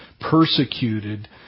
persecuted